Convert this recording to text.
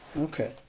Okay